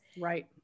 right